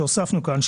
שהוספנו כאן.